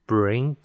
Bring